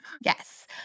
Yes